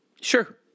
Sure